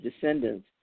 descendants